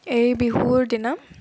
এই বিহুৰ দিনা